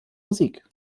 musik